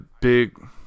big